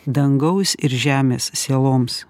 dangaus ir žemės sieloms